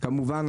כמובן,